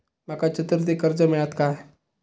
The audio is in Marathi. माका चतुर्थीक कर्ज मेळात काय?